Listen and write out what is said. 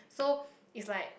so it's like